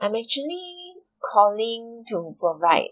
I'm actually calling to provide